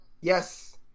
Yes